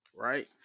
Right